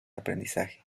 aprendizaje